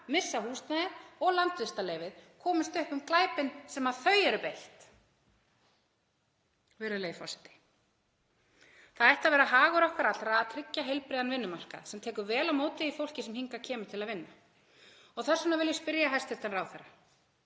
missa húsnæðið og landvistarleyfið, komist upp um glæpinn sem þau eru beitt. Virðulegi forseti. Það ætti að vera hagur okkar allra að tryggja heilbrigðan vinnumarkað sem tekur vel á móti því fólki sem hingað kemur til að vinna. Þess vegna vil ég spyrja hæstv. ráðherra: